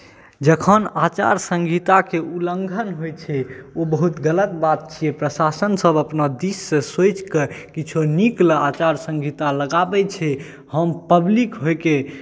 जखन आचारसंहिताके उल्लङ्घन होइत छै ओ बहुत गलत बात छियै प्रसाशनसभ अपना दिशसँ सोचि कऽ किछो नीक लेल आचारसंहिता लगाबैत छै हम पब्लिक होइके